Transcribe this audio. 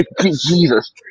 Jesus